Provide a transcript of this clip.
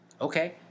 okay